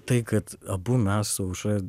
tai kad abu mes su aušra